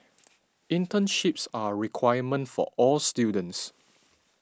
internships are requirement for all students